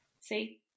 see